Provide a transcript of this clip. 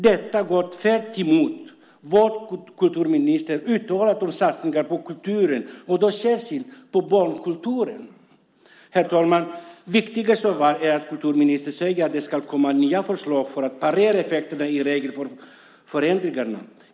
Detta går tvärsemot vad kulturministern uttalat om satsningar på kulturen, särskilt då på barnkulturen. Herr talman! Viktigast av allt är att kulturministern säger att det ska komma nya förslag för att parera effekterna av regelförändringarna.